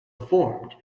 formed